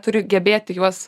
turi gebėti juos